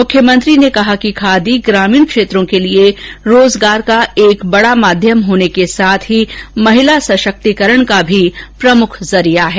मुख्यमंत्री ने कहा कि खादी ग्रामीण क्षेत्रों के लिए रोजगार का एक बड़ा माध्यम होने के साथ ही महिला सशक्तीकरण का भी प्रमुख जरिया है